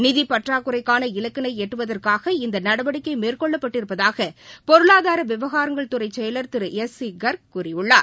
நிதி பற்றாக்குறைக்கான இலக்கினை எட்டுவதற்காக இந்த நடவடிக்கை மேற்கொள்ளப்பட்டிருப்பதாக பொருளாதார விவகாரங்கள் துறை செயலர் திரு எஸ் சி கர்க் கூறியுள்ளார்